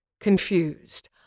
confused